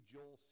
Joel